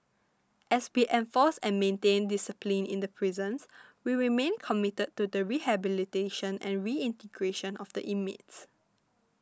as we enforced and maintained discipline in the prisons we remain committed to the rehabilitation and reintegration of the inmates